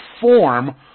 form